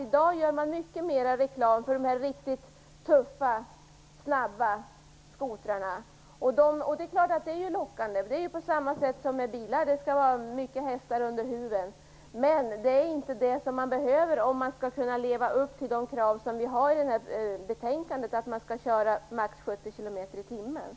I dag förekommer mycket mer reklam för de riktigt tuffa, snabba skotrarna. Det är klart att de är lockande, på samma sätt som bilar skall ha många hästar under huven. Men det är inte det som behövs, om man skall leva upp till kravet i betänkandet, att man skall köra i max